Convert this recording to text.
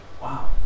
Wow